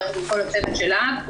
יחד עם כל הצוות של להב,